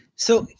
so,